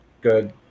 good